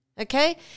Okay